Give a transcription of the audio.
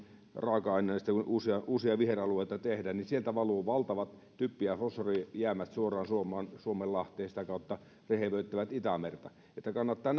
raaka aineeksi kun uusia viheralueita tehdään niin sieltä valuu valtavat typpi ja fosforijäämät suoraan suoraan suomenlahteen jotka sitä kautta rehevöittävät itämerta kannattaa